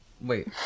Wait